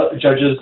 judges